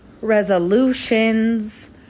resolutions